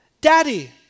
daddy